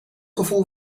gevoel